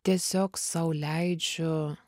tiesiog sau leidžiu